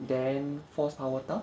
then four power tile